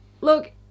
look